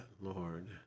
Lord